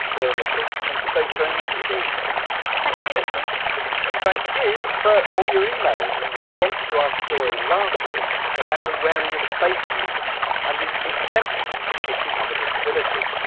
laura mitchell thank you both very much indeed thank you like thank you and thank you for all your emails in response to our story last week about the wearing of face masks and the exemptions if you have a disability.